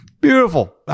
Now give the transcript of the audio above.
Beautiful